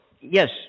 Yes